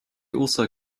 also